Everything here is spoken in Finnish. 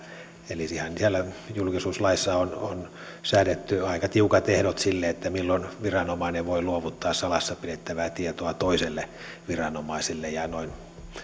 eli ihan siellä julkisuuslaissa on on säädetty aika tiukat ehdot sille milloin viranomainen voi luovuttaa salassa pidettävää tietoa toiselle viranomaiselle ja